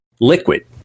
liquid